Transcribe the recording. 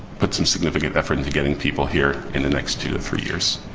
put some significant effort into getting people here in the next two to three years.